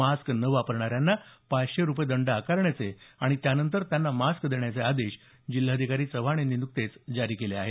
mask न वापरणाऱ्यांना पाचशे रुपये दंड आकारण्याचे आणि त्यानंतर त्यांना मास्क देण्याचे आदेश जिल्हाधिकारी चव्हाण यांनी नुकतेच जारी केले आहेत